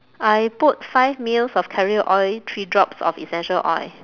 I put five mils of carrier oil three drops of essential oil